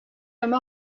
comme